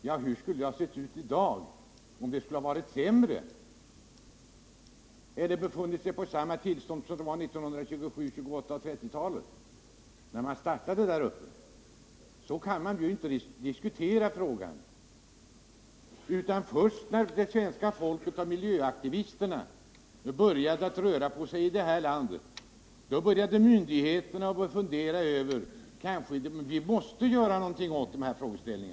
Ja, hur skulle det ha sett ut i dag, om förhållandena varit sämre eller desamma som i slutet av 1920-talet och under 1930-talet när verksamheten startade? Så kan man inte diskutera denna fråga. Först när svenska folket och miljöaktivisterna började röra på sig i detta land, insåg myndigheterna att de kanske måste göra något åt problemen.